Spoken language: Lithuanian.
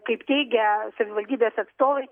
kaip teigia savivaldybės atstovai